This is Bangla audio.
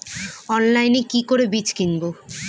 অনলাইনে কি করে বীজ কিনব?